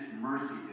mercy